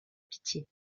pitié